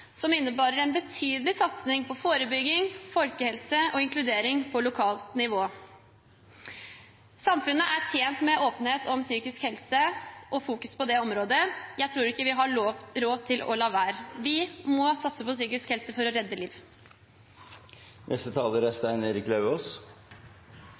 som innebærer en betydelig satsing på forebygging, folkehelse og inkludering på lokalt nivå. Samfunnet er tjent med åpenhet om psykisk helse og fokusering på det området. Jeg tror ikke vi har råd til å la være. Vi må satse på psykisk helse for å redde liv.